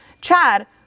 Chad